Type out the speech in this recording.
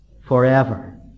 forever